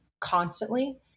constantly